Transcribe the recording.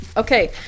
Okay